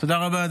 תודה רבה.